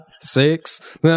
six